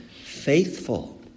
faithful